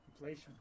Inflation